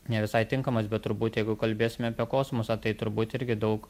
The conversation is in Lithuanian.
ne visai tinkamas bet turbūt jeigu kalbėsime apie kosmosą tai turbūt irgi daug